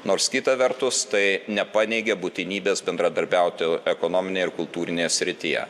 nors kita vertus tai nepaneigia būtinybės bendradarbiauti ekonominėje ir kultūrinėje srityje